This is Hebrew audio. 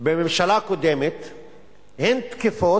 בממשלה הקודמת תקפות,